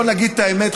בואו נגיד את האמת,